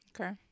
Okay